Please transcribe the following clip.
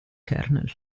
kernel